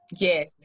yes